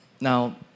Now